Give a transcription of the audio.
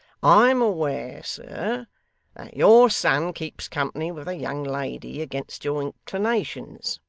i am aware, sir, that your son keeps company with a young lady against your inclinations.